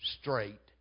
straight